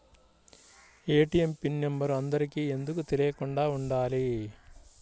ATM pin number అందరికి ఎందుకు తెలియకుండా ఉండాలి?